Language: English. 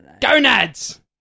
gonads